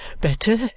better